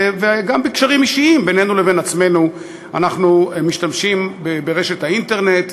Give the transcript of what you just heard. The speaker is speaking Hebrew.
וגם בקשרים אישיים בינינו לבין עצמנו אנחנו משתמשים ברשת האינטרנט.